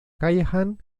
callahan